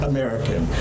American